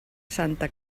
santa